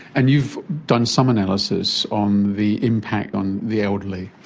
and you've done some analysis on the impact on the elderly.